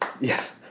Yes